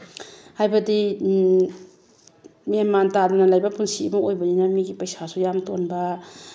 ꯍꯥꯏꯕꯗꯤ ꯃꯦꯟ ꯃꯥꯟ ꯇꯥꯗꯅ ꯂꯩꯕ ꯄꯨꯟꯁꯤ ꯑꯃ ꯑꯣꯏꯕꯅꯤꯅ ꯃꯤꯒꯤ ꯄꯩꯁꯥꯁꯨ ꯌꯥꯝ ꯇꯣꯟꯕ